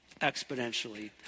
exponentially